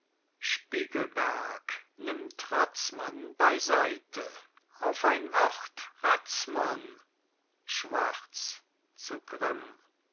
spiegelberg nimmt razmann beyseite auf ein wort razmann schwarz zu grimm